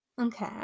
Okay